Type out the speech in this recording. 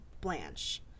Blanche